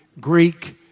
Greek